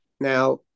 Now